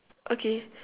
okay